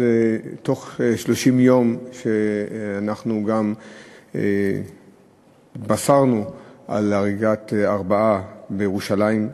בתוך 30 יום אנחנו גם התבשרנו על הריגת ארבעה בירושלים,